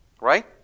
right